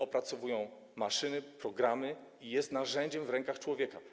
Opracowują go maszyny, programy i jest narzędziem w rękach człowieka.